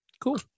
cool